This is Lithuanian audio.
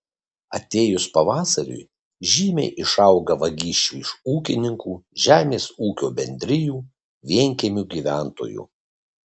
atėjus pavasariui žymiai išauga vagysčių iš ūkininkų žemės ūkio bendrijų vienkiemių gyventojų